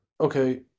okay